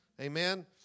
Amen